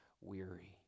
weary